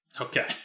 Okay